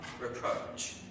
reproach